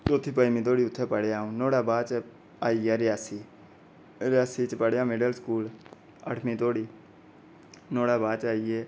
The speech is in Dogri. चौथी पंजमीं धोड़ी उत्थै पढ़ेआ अऊं नुआढ़े बाद च आई गेआ रि रियासी रियासी च पढ़ेआ मिड़ल स्कूल अठमीं धोड़ी नुआढ़े बाद च आई गे